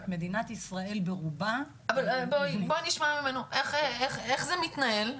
מדינת ישראל ברובה --- אבל בואי נשמע ממנו איך זה מתנהל.